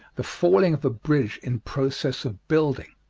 the falling of a bridge in process of building.